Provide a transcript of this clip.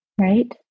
Right